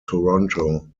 toronto